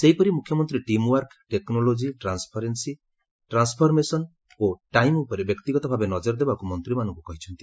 ସେହପରି ମୁଖ୍ୟମନ୍ତୀ team work technology transparency transformation ଓ ଟାଇମ୍ ଉପରେ ବ୍ୟକ୍ତିଗତ ଭାବେ ନଜର ଦେବାକୁ ମନ୍ତୀମାନଙ୍କୁ କହିଛନ୍ତି